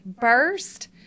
burst